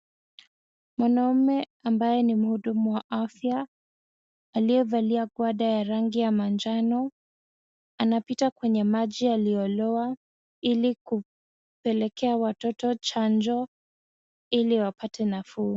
Mwanaume ambaye ni mhudumu wa afya aliyevalia guada ya rangi ya majano anapita kwenye maji yaliyolowa ili kupelekea watoto chanjo ili wapate nafuu.